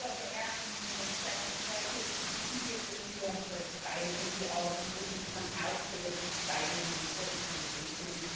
so good afternoon. it's such a pleasure to be here with you. i'm so excited to see all the people who've come out for this exciting and important conversation.